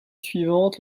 suivante